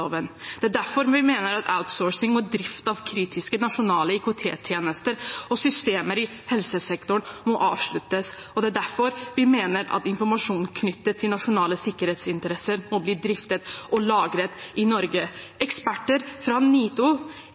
sikkerhetsloven. Det er derfor vi mener at outsourcing og drift av kritiske nasjonale IKT-tjenester og -systemer i helsesektoren må avsluttes, og det er derfor vi mener at informasjon knyttet til nasjonale sikkerhetsinteresser må bli driftet og lagret i Norge. Eksperter fra NITO,